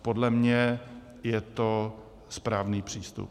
Podle mě je to správný přístup.